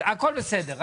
הכול בסדר.